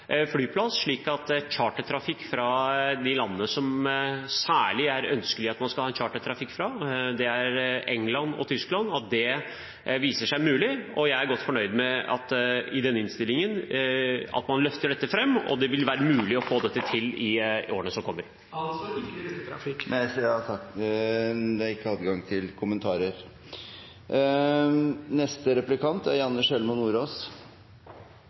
flyplass, slik at det er chartertrafikk fra de landene som det er særlig ønskelig at skal være chartertrafikk fra, fra England og Tyskland, og at det viser seg mulig. Jeg er godt fornøyd med at man løfter dette fram i innstillingen, og at det vil være mulig å få dette til i årene som kommer Altså ikke rutetrafikk? Det er ikke adgang til kommentarer.